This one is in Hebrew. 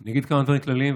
אני אגיד כמה דברים כלליים,